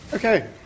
Okay